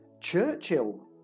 Churchill